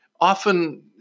often